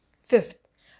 Fifth